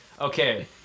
Okay